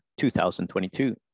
2022